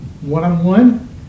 One-on-one